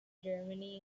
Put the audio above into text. germany